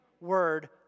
Word